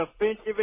offensive